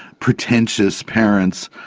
pretentious parents.